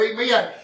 Amen